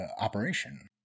operation